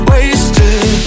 Wasted